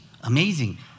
Amazing